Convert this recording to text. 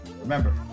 Remember